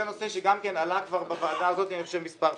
זה נושא שאני חושב שלה בוועדה הזאת מספר פעמים.